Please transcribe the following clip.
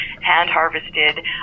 hand-harvested